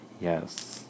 Yes